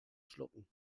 schlucken